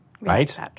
Right